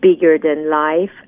bigger-than-life